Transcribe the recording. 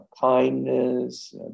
kindness